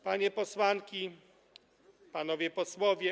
Panie Posłanki i Panowie Posłowie!